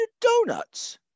donuts